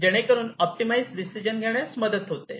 जेणेकरून optimise decision घेण्यास मदत होते